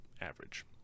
average